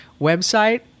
website